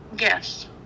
Yes